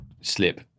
slip